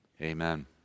Amen